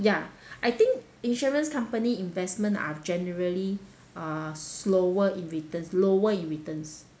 ya I think insurance company investment are generally uh slower in return lower in returns